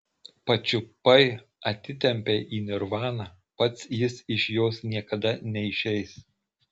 pačiupai atitempei į nirvaną pats jis iš jos niekada neišeis